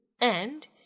and